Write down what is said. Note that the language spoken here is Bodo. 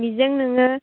बिजों नोङो